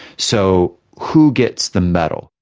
so who gets the medal?